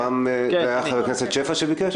זה היה חבר הכנסת שפע שביקש?